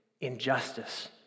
injustice